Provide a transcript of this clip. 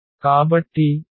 కాబట్టి ఈ F Y యొక్క ఎలిమెంట్